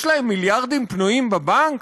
יש להם מיליארדים פנויים בבנק?